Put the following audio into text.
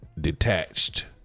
detached